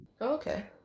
okay